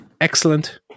excellent